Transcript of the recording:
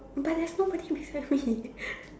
but there's nobody beside me